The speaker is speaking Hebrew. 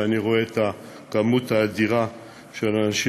ואני רואה את הכמות האדירה של אנשים